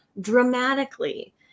dramatically